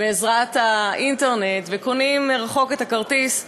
בעזרת האינטרנט, וקונים מרחוק את הכרטיס,